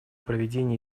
проведения